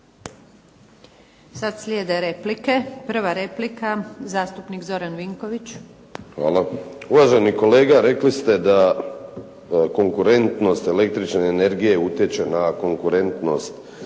Sada sijede replike. Prva replika, zastupnik Zoran Vinkovi. **Vinković, Zoran (SDP)** Hvala. Uvaženi kolega rekli ste da konkurentnost električne energije utječe na konkurentnost gospodarstva